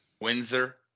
Windsor